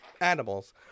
animals